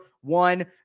one